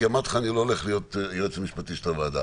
כי אמרתי לך: אני לא הולך להיות היועץ המשפטי של הוועדה.